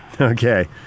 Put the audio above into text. Okay